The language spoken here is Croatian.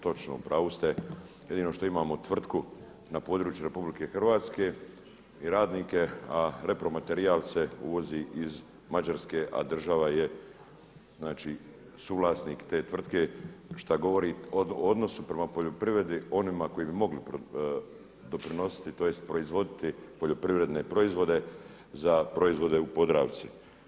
Točno u pravu ste, jedino što imamo tvrtku na području Republike Hrvatske i radnike, a repromaterijal se uvozi iz Mađarske, a država je znači suvlasnik te tvrtke šta govori o odnosu prema poljoprivredi, onima koji bi mogli doprinositi, tj. proizvoditi poljoprivredne proizvode za proizvode u Podravci.